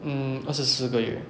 mm 二十四个月